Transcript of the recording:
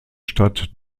stadt